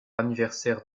anniversaire